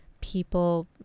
people